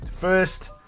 First